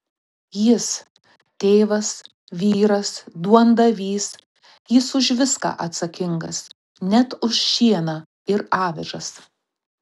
jis tėvas vyras duondavys jis už viską atsakingas net už šieną ir avižas